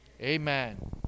Amen